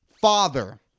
father